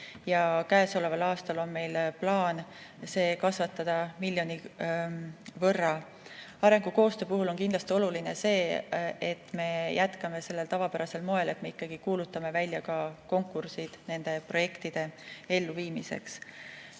ja käesoleval aastal on meil plaan kasvatada seda miljoni võrra. Arengukoostöö puhul on kindlasti oluline see, et me jätkame tavapärasel moel ja ikkagi kuulutame välja konkursid nende projektide elluviimiseks.